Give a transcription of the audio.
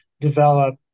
develop